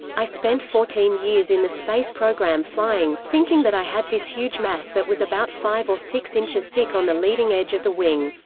i spent fourteen years in the space program flying, thinking that i had this huge mass that was about five or six inches thick on the leading edge of the wing.